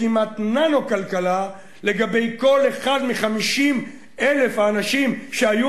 כמעט ננו-כלכלה לגבי כל אחד מ-50,000 האנשים שהיו